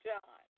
John